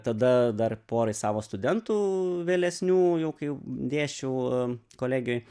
tada dar porai savo studentų vėlesnių jau kai dėsčiau a kolegijoj